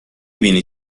بینی